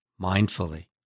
mindfully